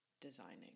designing